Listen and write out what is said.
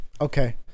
Okay